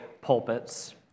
pulpits